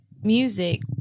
music